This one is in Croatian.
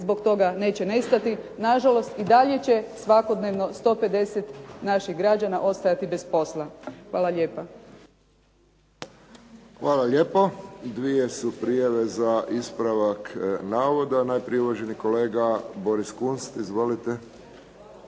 zbog toga neće nestati. Nažalost, i dalje će svakodnevno 150 naših građana ostajati bez posla. Hvala lijepa. **Friščić, Josip (HSS)** Hvala lijepo. Dvije su prijave za ispravak navoda. Najprije uvaženi kolega Boris Kunst. Izvolite.